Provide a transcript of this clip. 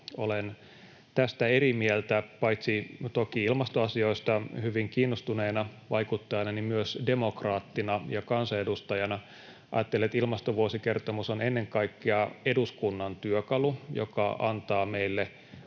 Olen tästä eri mieltä. Paitsi toki ilmastoasioista hyvin kiinnostuneena vaikuttajana myös demokraattina ja kansanedustajana ajattelen, että ilmastovuosikertomus on ennen kaikkea eduskunnan työkalu, joka antaa meille